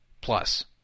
plus